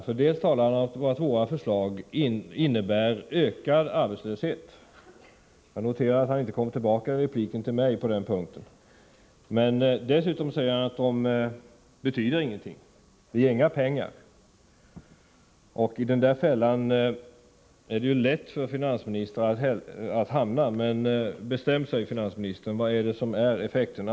Han talar nämligen om att våra förslag innebär ökad arbetslöshet — jag noterade att Kjell-Olof Feldt inte replikerade mig på den punkten — men samtidigt säger han att förslagen inte betyder någonting, att de inte ger några pengar. Det är lätt för finansministrar att hamna i en sådan fälla. Bestäm sig, finansministern! Vilken blir effekten?